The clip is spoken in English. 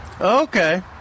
Okay